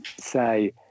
say